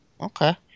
Okay